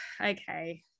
okay